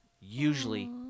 usually